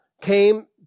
came